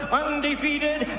undefeated